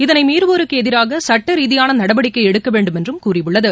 இதனை மீறுவோருக்கு எதிராக சுட்ட ரீதியான நடவடிக்கை எடுக்க வேண்டுமென்றும் கூறியுள்ளது